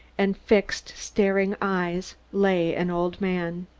and fixed, staring eyes, lay an old man.